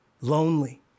lonely